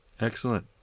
Excellent